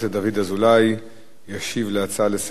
ישיב על ההצעה לסדר-היום השר יוסי פלד